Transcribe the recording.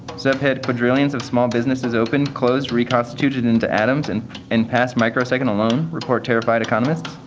subhead quadrillions of small businesses opened, closed, reconstituted into atoms and in past micro-second alone, report terrified economists